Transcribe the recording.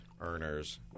earners